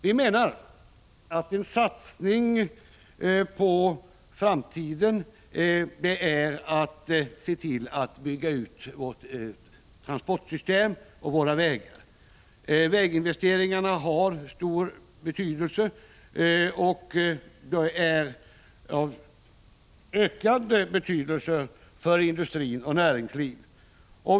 Vi menar att en satsning på framtiden är att se till att bygga ut vårt transportsystem och våra vägar. Väginvesteringarna har stor betydelse. De är av ökande betydelse för industri och näringsliv.